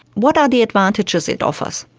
what are the advantages it offers?